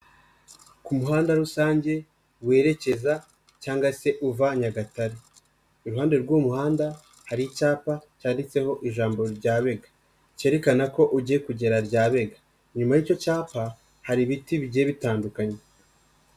Ku muhanda rusange, werekeza cyangwa se uva Nyagatare, iruhande rw'umuhanda, hari icyapa cyanditseho ijambo Ryabega, cyerekana ko ugiye kugera Ryabega, Inyuma y'icyo cyapa, hari ibiti bigiye bitandukanye.